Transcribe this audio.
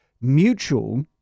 mutual